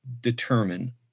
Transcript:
determine